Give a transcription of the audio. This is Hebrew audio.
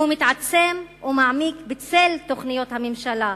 הוא מתעצם ומעמיק בצל תוכניות הממשלה.